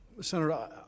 Senator